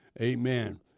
Amen